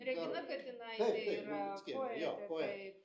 regina katinaitė yra poetė taip